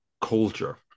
culture